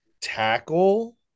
tackle